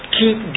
keep